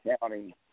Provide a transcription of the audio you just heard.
County